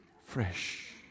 Fresh